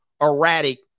erratic